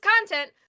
content